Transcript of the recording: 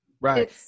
right